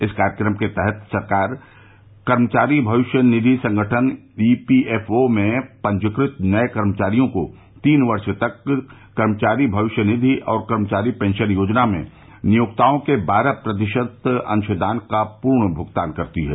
इस कार्यक्रम के तहत सरकार कर्मचारी भविष्यनिधि संगठन ईपीएफओ में पंजीकृत नये कर्मचारियों को तीन वर्ष तक कर्मचारी भविष्य निधि और कर्मचारी पेंशन योजना में नियोक्ताओं के बारह प्रतिशत अंशदान का पूर्ण भुगतान करती है